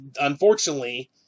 unfortunately